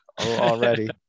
Already